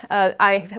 i